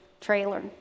trailer